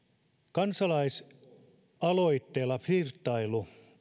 kansalaisaloitteella flirttailu